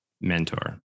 Mentor